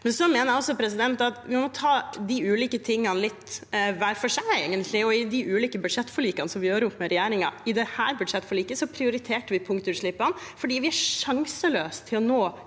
Jeg mener også at vi egentlig må ta de ulike tingene litt hver for seg i de ulike budsjettforlikene som vi har med regjeringen. I dette budsjettforliket prioriterte vi punktutslippene, fordi vi er sjanseløse på å nå